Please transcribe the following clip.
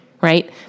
right